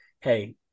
Hey